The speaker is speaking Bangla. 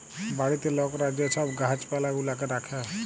বাড়িতে লকরা যে ছব গাহাচ পালা গুলাকে রাখ্যে